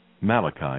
Malachi